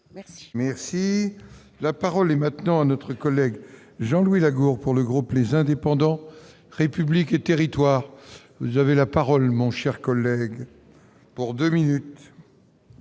Merci, la parole est maintenant à notre collègue Jean-Louis Lagourgue pour le groupe, les indépendants républiques et territoires, vous avez la parole, mon cher collègue, pour 2 minutes.